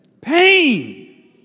Pain